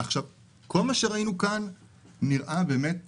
כל מה שראינו כאן נראה באמת מדהים.